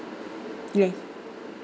yes